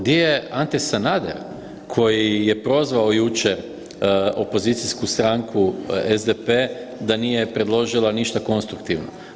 Di su, di je Ante Sanader koji je prozvao jučer opozicijsku stranku SDP da nije predložila ništa konstruktivno?